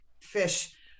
fish